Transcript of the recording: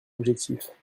objectif